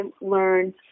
learn